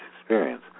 experience